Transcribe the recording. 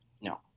No